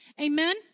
Amen